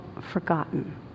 forgotten